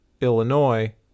Illinois